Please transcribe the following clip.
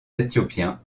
éthiopiens